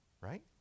right